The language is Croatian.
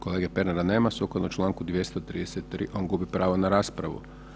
Kolege Pernara nema, sukladno čl. 233. on gubi pravo na raspravu.